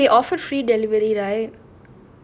I feel like they offered free delivery right